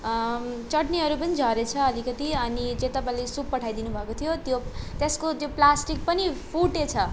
चटनीहरू पनि झरेछ अलिकति अनि चाहिँ तपाईँले सुप पठाइदिनुभएको थियो त्यो त्यसको त्यो प्लास्टिक पनि फुटेछ